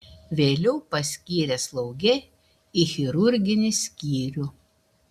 vėliau paskyrė slauge į chirurginį skyrių